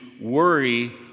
worry